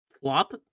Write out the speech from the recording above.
Flop